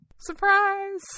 Surprise